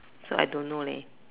so I don't know lah